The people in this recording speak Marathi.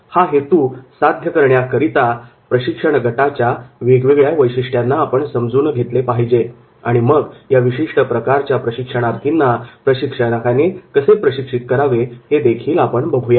हा हेतू साध्य करण्याकरता प्रशिक्षण गटाच्या वेगवेगळ्या वैशिष्ट्यांना आपण समजून घेतले पाहिजे आणि मग या विशिष्ट प्रकारच्या प्रशिक्षणार्थींना प्रशिक्षकाने कसे प्रशिक्षित करावे हे देखील बघूया